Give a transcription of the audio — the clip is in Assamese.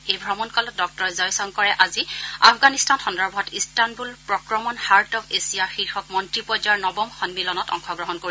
এই ভ্ৰমণকালত ডঃ জয়শংকৰে আজি আফগানিস্তান সন্দৰ্ভত ইস্তানবল প্ৰক্ৰমণ হাৰ্ট অব এছিয়া শীৰ্ষক মন্ত্ৰী পৰ্যায়ৰ নৱম সন্মিলনত অংশগ্ৰহণ কৰিব